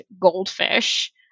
goldfish